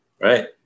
right